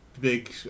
big